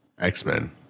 X-Men